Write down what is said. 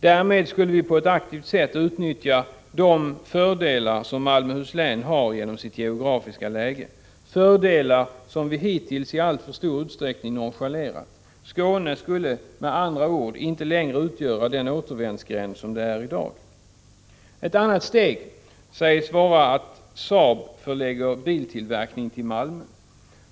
Därmed skulle vi på ett aktivt sätt utnyttja de fördelar som Malmöhus län har genom sitt geografiska läge, fördelar som vi hittills i alltför stor utsträckning nonchalerat. Skåne skulle, med andra ord, inte längre utgöra den återvändsgränd som det är i dag. Ett annat steg sägs vara att Saab förlägger biltillverkning till Malmö.